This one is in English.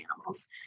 animals